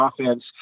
offense